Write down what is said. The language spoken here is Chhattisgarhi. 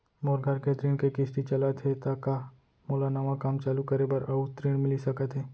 मोर घर के ऋण के किसती चलत हे ता का मोला नवा काम चालू करे बर अऊ ऋण मिलिस सकत हे?